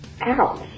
Ouch